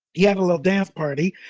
he had a little dance party.